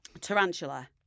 Tarantula